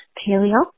paleo